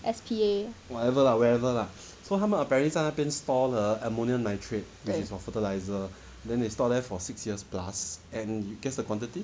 S_P_A